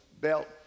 belt